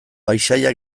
paisaia